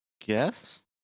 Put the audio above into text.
guess